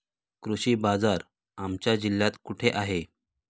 कृषी बाजार आमच्या जिल्ह्यात कुठे आहे?